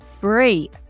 free